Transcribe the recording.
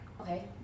Okay